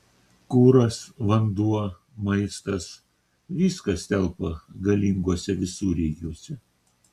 kuras vanduo maistas viskas telpa galinguose visureigiuose